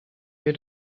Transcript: wir